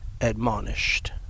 admonished